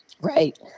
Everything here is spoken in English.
Right